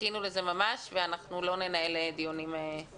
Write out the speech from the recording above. חיכינו לזה ממש ואנחנו לא ננהל דו-שיח.